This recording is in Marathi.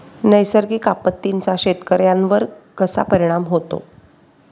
नैसर्गिक आपत्तींचा शेतकऱ्यांवर कसा परिणाम होतो?